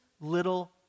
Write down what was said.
little